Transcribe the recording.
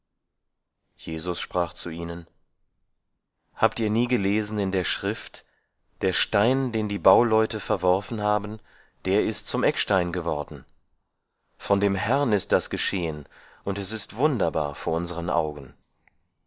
jesus sprach zu ihnen habt ihr nie gelesen in der schrift der stein den die bauleute verworfen haben der ist zum eckstein geworden von dem herrn ist das geschehen und es ist wunderbar vor unseren augen